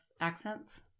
accents